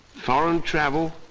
foreign travel,